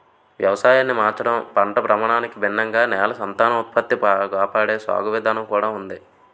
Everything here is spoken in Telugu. వ్యవసాయాన్ని మార్చడం, పంట భ్రమణానికి భిన్నంగా నేల సంతానోత్పత్తి కాపాడే సాగు విధానం కూడా ఉంది